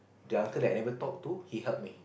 the uncle that I never talk to he help me